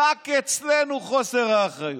רק אצלנו חוסר אחריות.